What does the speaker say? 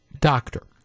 doctor